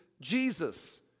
Jesus